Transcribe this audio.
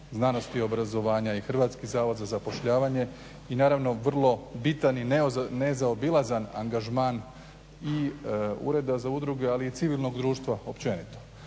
znanosti, obrazovanja i HZZ i naravno vrlo bitan i nezaobilazan angažman i ureda za udruge, ali i civilnog društva općenito.